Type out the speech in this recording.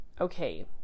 Okay